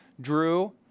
Drew